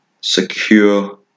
secure